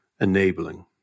enabling